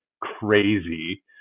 crazy